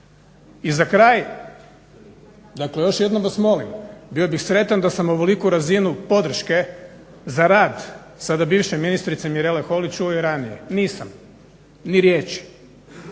I za kraj, dakle još jednom vas molim, bio bih sretan da sam ovoliku razinu podrške za rad, sada bivše ministrice Mirele Holly čuo i ranije. Nisam, ni riječi.